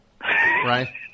right